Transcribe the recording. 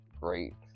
great